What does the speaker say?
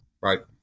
Right